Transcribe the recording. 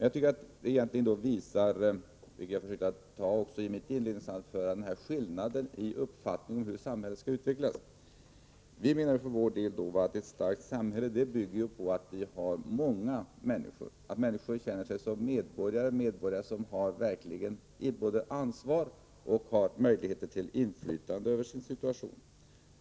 Jag tycker att det visar, vilket jag också försökte framhålla i mitt inledningsanförande, skillnaden i uppfattning om hur samhället skall utvecklas. Vi menar för vår del att ett starkt samhälle bygger på de många människorna, att människor känner sig som medborgare med både ansvar och möjligheter till inflytande över sin situation.